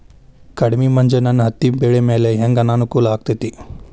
ಕಡಮಿ ಮಂಜ್ ನನ್ ಹತ್ತಿಬೆಳಿ ಮ್ಯಾಲೆ ಹೆಂಗ್ ಅನಾನುಕೂಲ ಆಗ್ತೆತಿ?